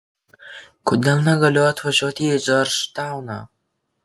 kodėl negaliu atvažiuoti į džordžtauną